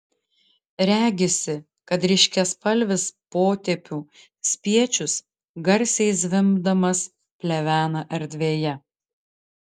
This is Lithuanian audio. regisi kad ryškiaspalvis potėpių spiečius garsiai zvimbdamas plevena erdvėje